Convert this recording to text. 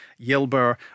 Yelber